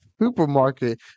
supermarket